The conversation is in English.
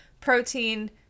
protein